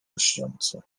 lśniące